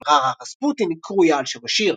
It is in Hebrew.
מוושינגטון, רא רא רספוטין, קרויה על שם השיר.